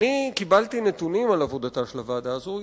קיבלתי נתונים על עבודתה של הוועדה הזאת,